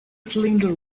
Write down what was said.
cylinder